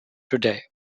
today